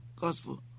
gospel